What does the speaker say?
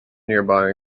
nearby